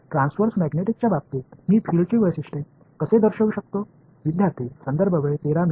எனவே transverse magnetic விஷயத்தில் புலங்களை எவ்வாறு வகைப்படுத்துவது